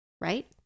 Right